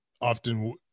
often